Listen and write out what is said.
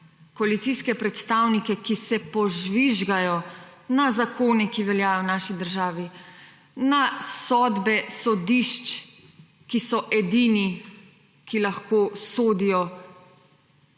koalicijske predstavnike, ki se požvižgajo na zakone, ki veljajo v naši državi, na sodbe sodišč, ki so edini, ki lahko sodijo